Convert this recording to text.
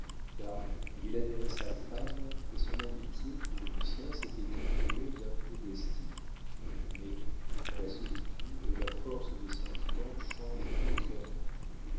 car il adorait sa femme et son amitié pour lucien s'était diminuée d'un peu d'estime mais dans la solitude la force des sentiments change entièrement